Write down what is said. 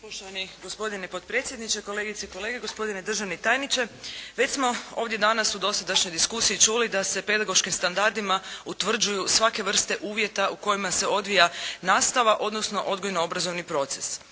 Poštovani gospodine potpredsjedniče, kolegice i kolege, gospodine državni tajniče. Već smo ovdje danas u dosadašnjoj diskusiji čuli da se pedagoškim standardima utvrđuju svake vrste uvjeta u kojima se odvija nastava, odnosno odgojno-obrazovni proces.